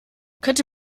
könnte